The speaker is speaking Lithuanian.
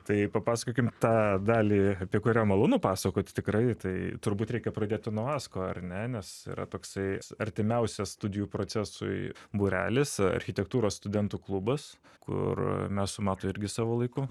tai papasakokim tą dalį apie kurią malonu pasakoti tikrai tai turbūt reikia pradėti nuo asko ar ne nes yra toksai artimiausias studijų procesui būrelis architektūros studentų klubas kur mes su matu irgi savo laiku